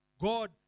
God